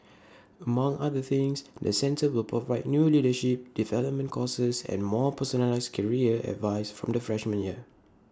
among other things the centre will provide new leadership development courses and more personalised career advice from the freshman year